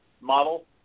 model